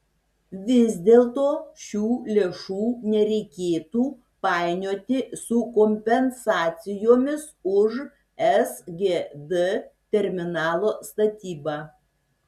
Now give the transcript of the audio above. vis dėlto šių lėšų nereikėtų painioti su kompensacijomis už sgd terminalo statybą